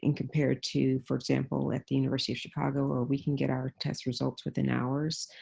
and compared to, for example, at the university of chicago, where we can get our test results within hours.